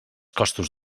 costos